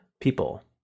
people